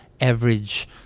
average